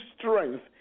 strength